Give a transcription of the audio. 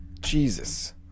Jesus